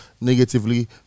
negatively